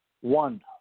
one